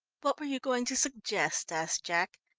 what were you going to suggest? asked jack.